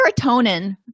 serotonin